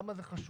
למה זה חשוב,